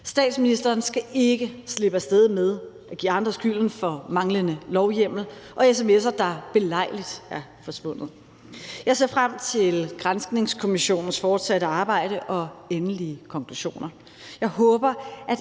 Statsministeren skal ikke slippe af sted med at give andre skylden for manglende lovhjemmel og sms'er, der belejligt er forsvundet. Jeg ser frem til Granskningskommissionens fortsatte arbejde og endelige konklusioner. Jeg håber,